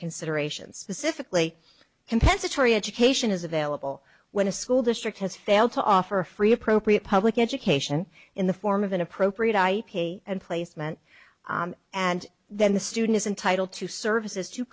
considerations pacifically compensatory education is available when a school district has failed to offer a free appropriate public education in the form of an appropriate ip and placement and then the student is entitled to services to